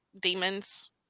demons